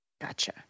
Gotcha